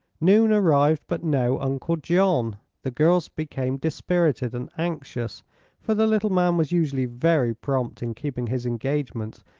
noon arrived, but no uncle john. the girls became dispirited and anxious for the little man was usually very prompt in keeping his engagements,